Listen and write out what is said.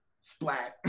splat